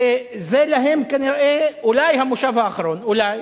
שזה להם, כנראה, אולי המושב האחרון, אולי,